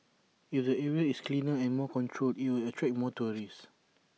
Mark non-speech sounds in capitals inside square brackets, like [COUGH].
if the area is cleaner and more controlled IT will attract more tourists [NOISE]